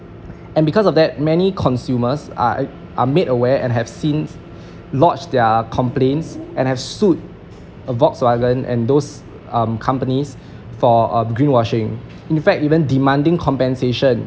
and because of that many consumers are are made aware and have since lodged their complaints and have sued Volkswagen and those um companies for um green washing in fact even demanding compensation